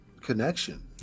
connection